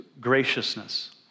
graciousness